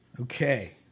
Okay